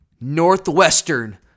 Northwestern